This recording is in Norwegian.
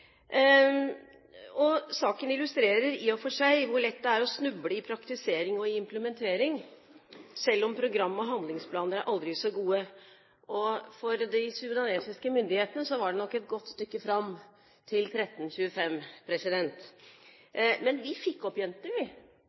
Saken illustrerer i og for seg hvor lett det er å snuble i praktisering og implementering selv om program og handlingsplaner er aldri så gode. For de sudanske myndighetene var det nok et godt stykke fram til 1325. Men vi fikk opp jentene, vi.